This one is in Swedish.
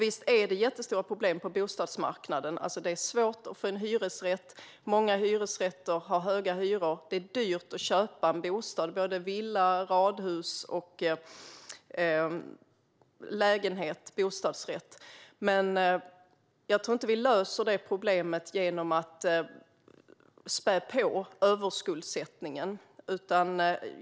Visst är det jättestora problem på bostadsmarknaden. Det är svårt att få en hyresrätt. Många hyresrätter har höga hyror, och det är dyrt att köpa en bostad, såväl villa som radhus och bostadsrättslägenhet. Men jag tror inte att vi löser det problemet genom att spä på överskuldsättningen.